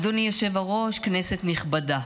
אדוני היושב-ראש, כנסת נכבדה,